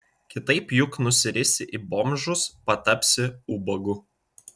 kitaip juk nusirisi į bomžus patapsi ubagu